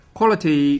Quality